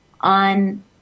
on